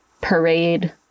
parade